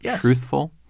truthful